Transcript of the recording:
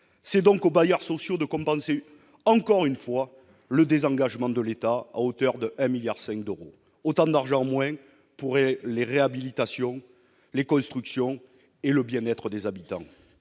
c'est donc aux bailleurs sociaux de compenser, encore une fois, le désengagement de l'État à hauteur de milliards 5 d'euros autant d'argent, moins pourrait les réhabilitations les constructions et le bien être des habitants,